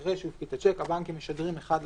אחרי שהוא הפקיד את השיק הבנקים משדרים אחד לשני,